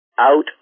out